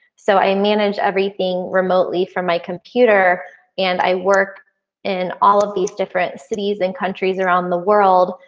so i manage everything remotely from my computer and i work in all of these different cities and countries around the world,